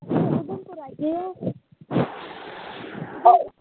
उधमपुर आई गे ओ